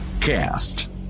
cast